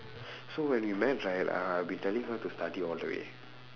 so when we met right uh I been telling her to study all the way